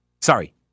sorry